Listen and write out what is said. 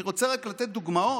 אני רוצה רק לתת דוגמאות